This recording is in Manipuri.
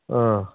ꯑꯥ